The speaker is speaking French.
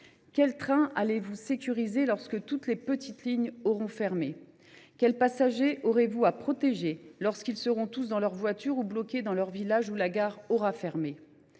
Quels trains allez vous sécuriser, lorsque toutes les petites lignes auront fermé ? Quels passagers aurez vous à protéger, lorsqu’ils seront tous dans leur voiture ou bloqués dans leur village où la gare aura fermé ?